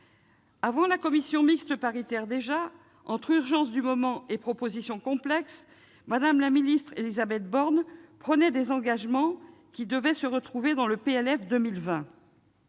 Avant la commission mixte paritaire, entre urgence du moment et propositions complexes, Mme la ministre Élisabeth Borne avait pris des engagements qui devaient se retrouver dans le projet